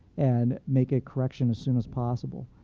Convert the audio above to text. and make a correction as soon as possible.